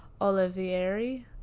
Olivieri